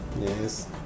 yes